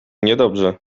niedobrze